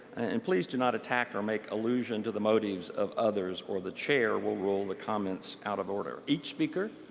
and please do not attack or make allusion to the motives of others or the chair will rule the comments out of order. each speaker,